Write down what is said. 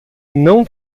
não